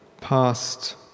past